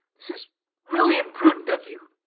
this is really imprudent of you!